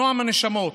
נועם הנשמות,